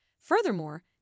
Furthermore